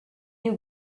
you